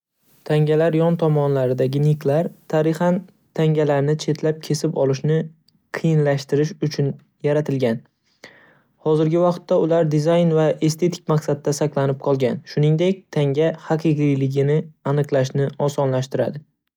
Tangalar yon tomonlaridagi niklar tarixan tangalarni chetlab kesib olishni qiyinlashtirish uchun yaratilgan. Hozirgi vaqtda ular dizayn va estetik maqsadda saqlanib qolgan, shuningdek, tanga haqiqiyligini aniqlashni osonlashtiradi.